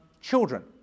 children